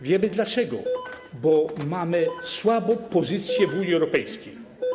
Wiemy dlaczego: bo mamy słabą pozycję w Unii Europejskiej.